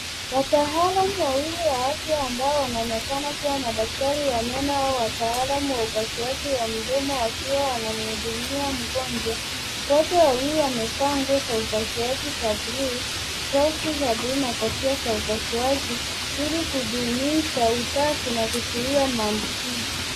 Wataalamu wawili wa afya ambao wanaonekana kuwa madaktari wa meno au wataalamu wa upasuaji wa mdomo wakiwa wanamhudumia mgonjwa. Wote wawili wamevaa nguo za upasuaji za bluu, glovu za bluu na kofia za upasuaji ili kudumisha usafi na kuzuia maambukizi.